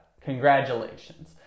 Congratulations